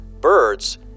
birds